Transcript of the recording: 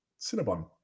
Cinnabon